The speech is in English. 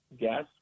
gas